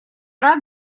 рад